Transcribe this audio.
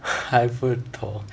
还不懂